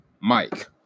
Mike